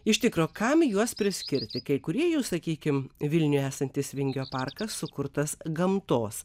iš tikro kam juos priskirti kai kurie jų sakykim vilniuje esantis vingio parkas sukurtas gamtos